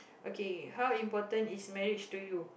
okay how important is marriage to you